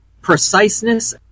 preciseness